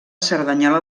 cerdanyola